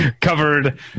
covered